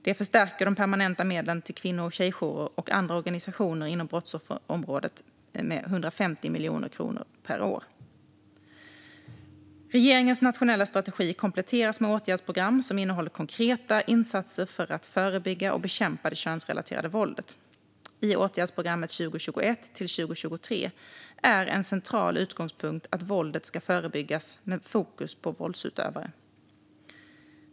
Det förstärker de permanenta medlen till kvinno och tjejjourer och andra organisationer inom brottsofferområdet på 150 miljoner kronor per år. Regeringens nationella strategi kompletteras med åtgärdsprogram som innehåller konkreta insatser för att förebygga och bekämpa det könsrelaterade våldet. I åtgärdsprogrammet 2021-2023 är en central utgångspunkt att våldet ska förebyggas med fokus på våldsutövare.